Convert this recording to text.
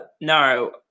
No